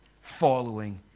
following